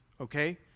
okay